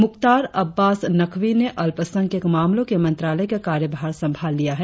मुख्तार अब्बास नकवी ने अल्पसंख्यक मामलों के मंत्रालय का कार्यभार संभाल लिया है